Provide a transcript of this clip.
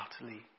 utterly